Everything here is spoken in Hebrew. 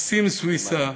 מקסים סויסה,